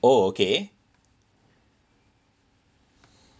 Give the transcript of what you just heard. oh okay